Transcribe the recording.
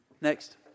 Next